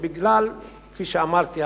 כפי שאמרתי,